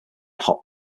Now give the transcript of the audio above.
hot